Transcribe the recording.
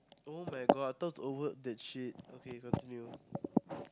[oh]-my-god I thought it's over the shit okay continue